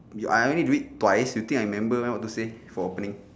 I only do it twice you think I remember meh what to say for opening